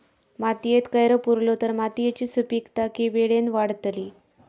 मातयेत कैर पुरलो तर मातयेची सुपीकता की वेळेन वाडतली?